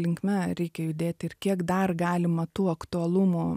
linkme reikia judėti ir kiek dar galima tų aktualumo